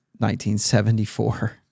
1974